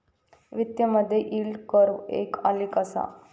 वित्तामधे yield curve एक आलेख असा